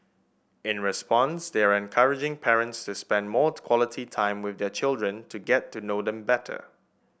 in response they are encouraging parents to spend more quality time with their children to get to know them better